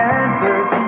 answers